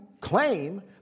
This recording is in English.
claim